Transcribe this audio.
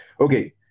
Okay